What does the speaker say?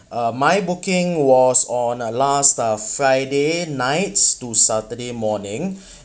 uh my booking was on uh last friday nights to saturday morning